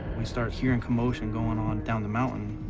we start hearing commotion going on down the mountain,